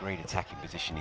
great attacking position